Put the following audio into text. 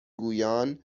گویان